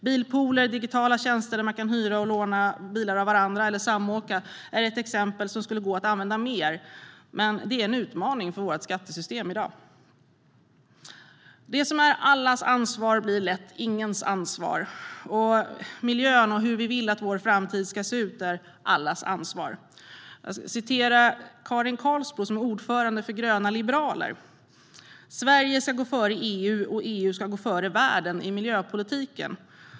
Bilpooler, digitala tjänster där man kan hyra och låna bilar av varandra eller samåka, är ett exempel som skulle gå att använda mer, men det är en utmaning för vårt skattesystem i dag. Det som är allas ansvar blir lätt ingens ansvar, och miljön och hur vi vill att vår framtid ska se ut är allas vårt ansvar. Låt mig citera Karin Karlsbro, som är ordförande för Gröna liberaler: "Sverige ska gå före EU och EU ska gå före världen i miljöpolitiken."